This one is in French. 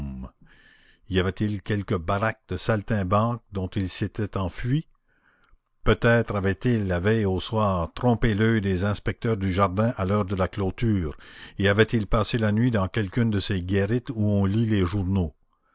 y avait-il quelque baraque de saltimbanques dont ils s'étaient enfuis peut-être avaient-ils la veille au soir trompé l'oeil des inspecteurs du jardin à l'heure de la clôture et avaient-ils passé la nuit dans quelqu'une de ces guérites où on lit les journaux